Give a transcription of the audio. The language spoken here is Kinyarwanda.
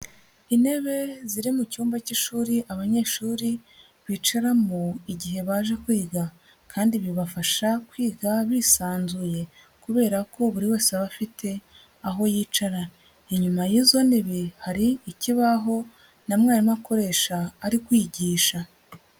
Intebe ziri mu cyumba cy'ishuri abanyeshuri bicaramo igihe baje kwiga kandi bibafasha kwiga bisanzuye kubera ko buri wese aba afite aho yica, inyuma y'izo ntebe hari ikibaho na mwarimu akoresha ari kwigisha.